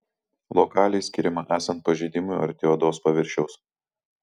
lokaliai skiriama esant pažeidimui arti odos paviršiaus